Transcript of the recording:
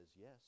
yes